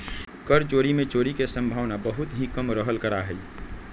कर चोरी में चोरी के सम्भावना बहुत ही कम रहल करा हई